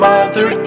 Mother